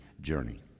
journey